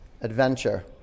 adventure